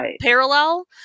parallel